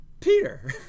Peter